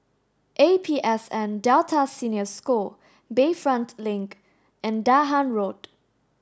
A P S N Delta Senior School Bayfront Link and Dahan Road